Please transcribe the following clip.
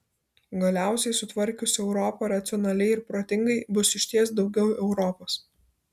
galiausiai sutvarkius europą racionaliai ir protingai bus išties daugiau europos